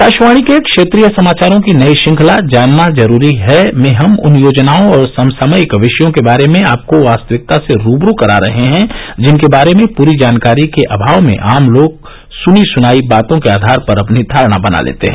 आकाशवाणी के क्षेत्रीय समाचारों की नई श्रंखला जानना जरूरी है में हम उन योजनाओं और समसामयिक विषयों के बारे में आपको वास्तविकता से रूबरू करा रहे हैं जिनके बारे में पूरी जानकारी के अमाव में आम लोग सनी सनाई बातों के आधार पर अपनी धारणा बना लेते हैं